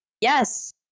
yes